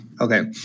Okay